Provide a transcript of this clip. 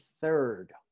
third